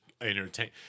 entertain